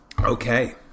Okay